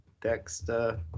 Dexter